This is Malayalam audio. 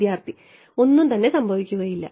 വിദ്യാർത്ഥി ഒന്നും തന്നെ സംഭവിക്കുകയില്ല